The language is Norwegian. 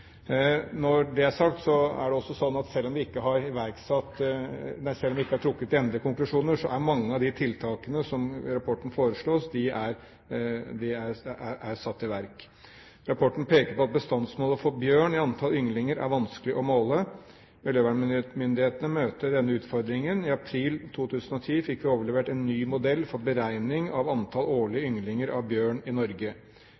Når det er sagt, er det også slik at selv om vi ikke har trukket de endelige konklusjoner, er mange av de tiltakene som foreslås i rapporten, satt i verk. Rapporten peker på at bestandsmålet for bjørn i antall ynglinger er vanskelig å måle. Miljøvernmyndighetene møter denne utfordringen. I april 2010 fikk vi overlevert en ny modell for beregning av antall årlige